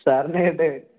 സാറിനായിട്ട്